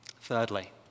Thirdly